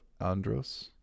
Andros